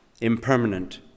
impermanent